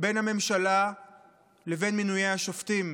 בין הממשלה לבין מינוי השופטים?